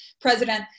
president